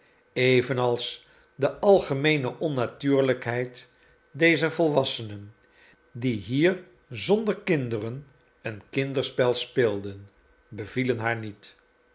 evenals de algemeene onnatuurlijkheid dezer volwassenen die hier zonder kinderen een kinderspel speelden bevielen haar niet